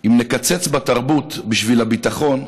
אם נקצץ בתרבות בשביל הביטחון,